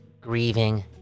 grieving